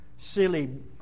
Silly